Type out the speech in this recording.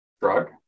drug